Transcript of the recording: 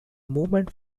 movement